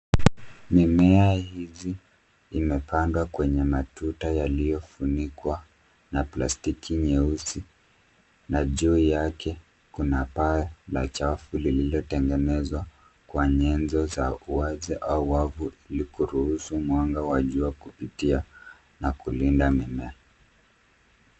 Mimea hizi imepandwa kwenye matuta iliyofunikwa na plastiki nyeusi na juu yake kuna paa la chafu lililotengenezwa kwa nyezo za wavu ili kuruhusu mwanga wa jua kupitia na kulinda mimea.